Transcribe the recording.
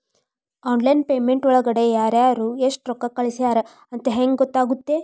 Online payment ಒಳಗಡೆ ಯಾರ್ಯಾರು ಎಷ್ಟು ರೊಕ್ಕ ಕಳಿಸ್ಯಾರ ಅಂತ ಹೆಂಗ್ ಗೊತ್ತಾಗುತ್ತೆ?